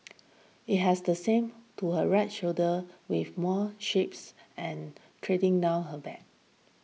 it has the same to her right shoulder with more shapes and trading down her back